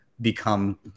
become